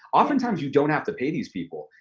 oftentimes, you don't have to pay these people.